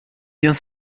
vient